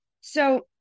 So-